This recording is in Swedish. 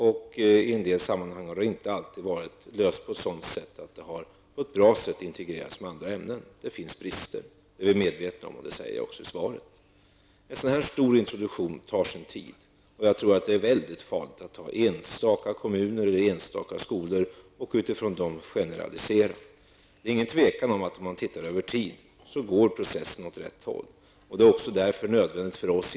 Och i en del sammanhang har denna undervisning inte kunnat ske på ett sådant sätt att den på ett bra sätt har integrerats med andra ämnen. Det finns brister, det är vi medvetna om, och det säger jag också i svaret. En sådan här stor introduktion tar sin tid, och jag tror att det är mycket farligt att generalisera med tanke på enstaka kommuner eller enstaka skolor. Om man tittar över tiden är det inget tvivel om att processen går åt rätt håll.